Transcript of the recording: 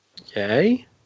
Okay